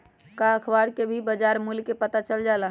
का अखबार से भी बजार मूल्य के पता चल जाला?